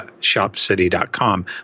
ShopCity.com